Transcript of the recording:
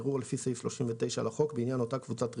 בערעור לפי סעיף 39 לחוק בעניין אותה קבוצת ריכוז."